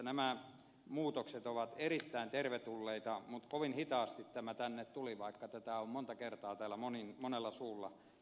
nämä muutokset ovat erittäin tervetulleita mutta kovin hitaasti tämä tänne tuli vaikka tätä on monta kertaa täällä monella suulla vaadittu